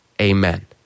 amen